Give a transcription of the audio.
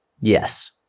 Yes